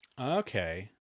Okay